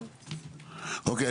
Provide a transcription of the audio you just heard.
כמו שאמרנו גם קודם,